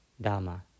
Dharma